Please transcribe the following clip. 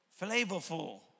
Flavorful